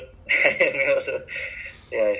but it's it's good if you have a maid ah but